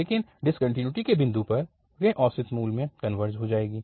इसलिए डिसकन्टिन्युटी के बिंदु पर यह औसत मूल्य में कनवर्ज हो जाएगा